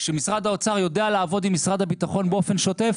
שמשרד האוצר יודע לעבוד עם משרד הביטחון באופן שוטף